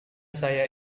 saya